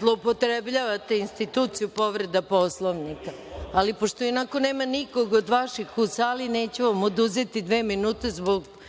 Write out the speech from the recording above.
zloupotrebljavate instituciju povrede Poslovnika. Pošto ionako nema nikoga od vaših u sali, neću vam oduzeti dve minute.(Narodni